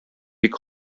бик